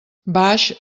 baix